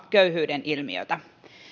köyhyyden ilmiötä